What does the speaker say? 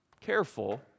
careful